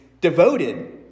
devoted